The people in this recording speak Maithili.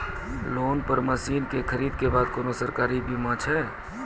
लोन पर मसीनऽक खरीद के बाद कुनू सरकारी बीमा छै?